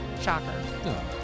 shocker